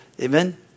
amen